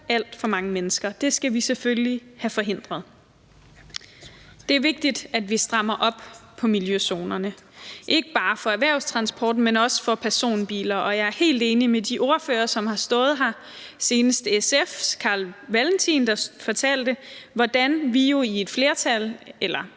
alt for mange mennesker – det skal vi selvfølgelig have forhindret. Det er vigtigt, at vi strammer op på miljøzoner, ikke bare for erhvervstransport, men også for personbiler, og jeg er helt enig med de ordførere, som har stået her, senest SF's Carl Valentin, der fortalte, hvordan vi jo i en gruppe